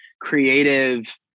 creative